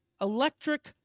electric